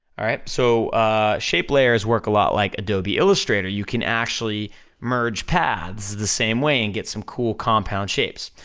alright, so shape layers work a lot like adobe illustrator, you can actually merge paths the same way and get some cool compound shapes.